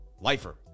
lifer